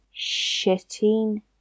shitting